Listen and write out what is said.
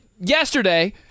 Yesterday